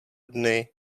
dny